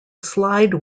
slide